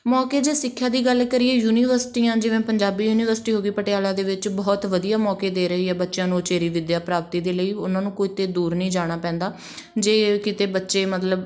ਮੌਕੇ ਜੇ ਸਿੱਖਿਆ ਦੀ ਗੱਲ ਕਰੀਏ ਯੂਨੀਵਰਸਿਟੀਆਂ ਜਿਵੇਂ ਪੰਜਾਬੀ ਯੂਨੀਵਰਸਿਟੀ ਹੋ ਗਈ ਪਟਿਆਲਾ ਦੇ ਵਿੱਚ ਬਹੁਤ ਵਧੀਆ ਮੌਕੇ ਦੇ ਰਹੀ ਹੈ ਬੱਚਿਆਂ ਨੂੰ ਉਚੇਰੀ ਵਿੱਦਿਆ ਪ੍ਰਾਪਤੀ ਦੇ ਲਈ ਉਹਨਾਂ ਨੂੰ ਕਿਤੇ ਦੂਰ ਨਹੀਂ ਜਾਣਾ ਪੈਂਦਾ ਜੇ ਕਿਤੇ ਬੱਚੇ ਮਤਲਬ